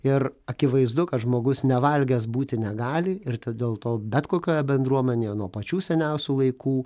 ir akivaizdu kad žmogus nevalgęs būti negali ir dėl to bet kokioje bendruomenėje nuo pačių seniausių laikų